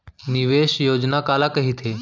निवेश योजना काला कहिथे?